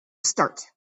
start